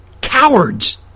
cowards